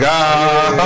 God